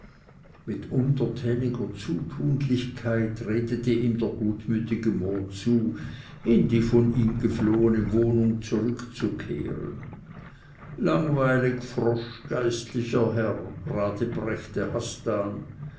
mit untertäniger zutunlichkeit redete ihm der gutmütige mohr zu in die von ihm geflohene wohnung zurückzukehren langweilig frosch geistlicher herr radbrechte hassan